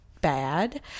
bad